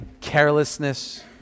carelessness